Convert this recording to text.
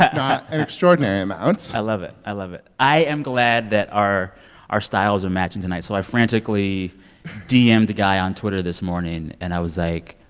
not an extraordinary amount i love it. i love it. i am glad that our our styles are matching tonight. so i frantically dm'd guy on twitter this morning. and i was like,